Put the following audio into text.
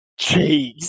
Jeez